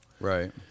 Right